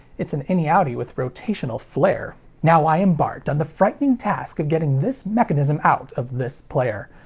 it's an inny-outty with rotational flair. now i embarked on the frightening task of getting this mechanism out of this player.